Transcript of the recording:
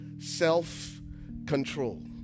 Self-control